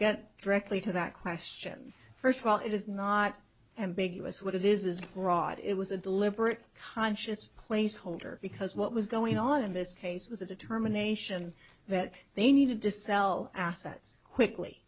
get directly to that question first of all it is not ambiguous what it is is a fraud it was a deliberate conscious placeholder because what was going on in this case was a determination that they needed to sell assets quickly